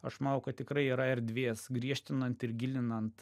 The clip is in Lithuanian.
aš manau kad tikrai yra erdvės griežtinant ir gilinant